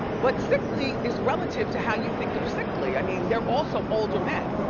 but sickly is relative to how you think of sickly. i mean, they're also older men.